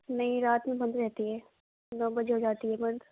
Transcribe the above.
نہیں رات میں بند رہتی ہے نو بجے ہو جاتی ہے بند